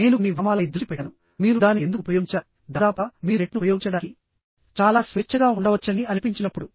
నేను కొన్ని విరామాలపై దృష్టి పెట్టాను మీరు దానిని ఎందుకు ఉపయోగించాలి దాదాపుగా మీరు నెట్ను ఉపయోగించడానికి చాలా స్వేచ్ఛగా ఉండవచ్చని అనిపించినప్పుడు